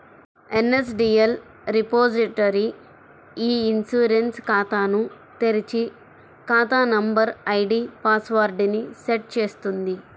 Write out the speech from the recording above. NSDL repository e insurance ఖాతాను తెరిచి, ఖాతా నంబర్, ఐడీ పాస్ వర్డ్ ని సెట్ చేస్తుంది